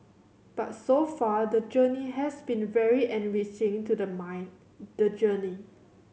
but so far the journey has been very enriching to the mind the journey